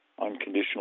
unconditional